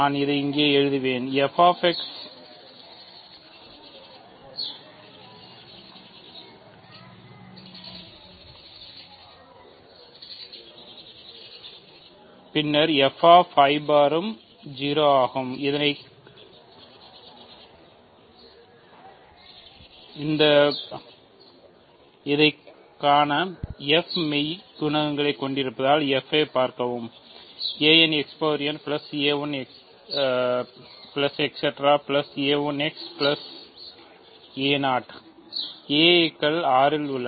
இதைக் காண்க f மெய் குணகங்களைக் கொண்டிருப்பதால் f ஐப் பார்க்கவும் ai கள் R இல் உள்ளன